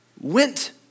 went